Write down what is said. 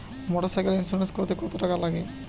মোটরসাইকেলের ইন্সুরেন্স করতে কত টাকা লাগে?